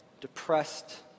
depressed